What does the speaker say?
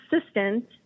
assistant